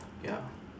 ya